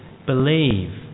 Believe